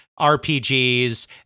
RPGs